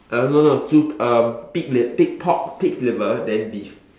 uh no no 猪 um pig liv~ pig pork pig's liver then beef